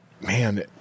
man